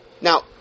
now